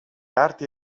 arti